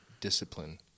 discipline